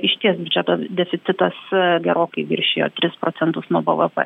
išties biudžeto deficitas gerokai viršijo tris procentus nuo bvp